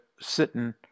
sitting